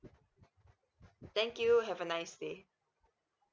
thank you have a nice day